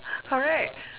correct